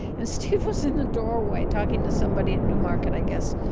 and steve was in the doorway talking to somebody at newmarket i guess.